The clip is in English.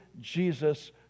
Jesus